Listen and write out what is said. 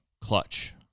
clutch